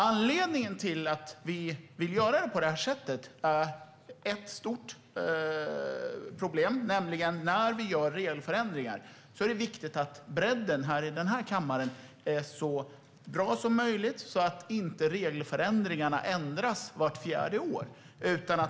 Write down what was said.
Anledningen till att vi vill göra på det här sättet är ett stort problem. När vi gör regelförändringar är det viktigt att bredden i denna kammare är så bra som möjligt så att inte regelförändringarna ändras vart fjärde år.